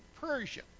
Persia